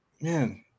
man